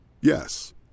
Yes